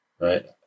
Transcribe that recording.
right